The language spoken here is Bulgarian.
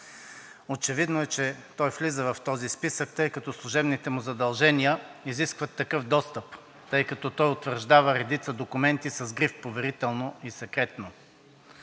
Очевидно е, че той влиза в този списък, тъй като служебните му задължения изискват такъв достъп, тъй като той утвърждава редица документи с гриф „Поверително“ и „Секретно“.